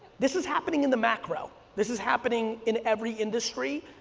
this is happening in the macro. this is happening in every industry.